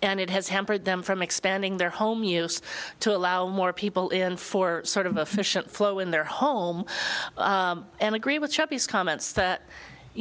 and it has hampered them from expanding their home use to allow more people in for sort of official flow in their home and agree with these comments that you